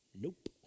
Nope